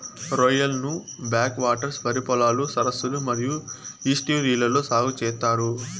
రొయ్యలను back waters, వరి పొలాలు, సరస్సులు మరియు ఈస్ట్యూరీలలో సాగు చేత్తారు